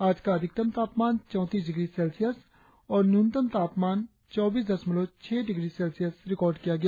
आज का अधिकतम तापमान चौतीस डिग्री सेल्सियस और न्यूनतम तापमान चौबीस दशमलव छह डिग्री सेल्सियस रिकार्ड किया गया